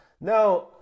Now